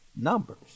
numbers